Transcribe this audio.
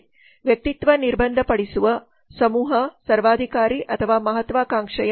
ವ್ಯಕ್ತಿತ್ವ ನಿರ್ಬಂಧಪಡಿಸುವ ಸಮೂಹ ಸರ್ವಾಧಿಕಾರಿ ಅಥವಾ ಮಹತ್ವಾಕಾಂಕ್ಷೆಯ